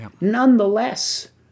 Nonetheless